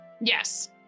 Yes